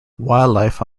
wildlife